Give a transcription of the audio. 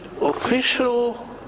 official